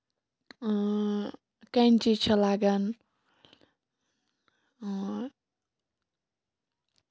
کینچہِ چھےٚ لَگان